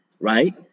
right